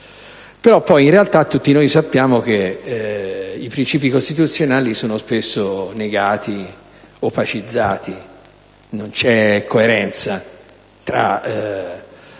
alla società. Ma tutti noi sappiamo che i principi costituzionali sono spesso negati o opacizzati. Non c'è coerenza tra